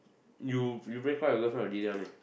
you you breakup with your girlfriend will delete one meh